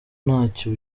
ntacyo